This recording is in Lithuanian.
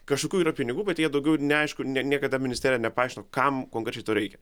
kažkokių yra pinigų bet jie daugiau neaišku niekada ministerija nepaaiškino kam konkrečiai to reikia